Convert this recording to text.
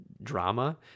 drama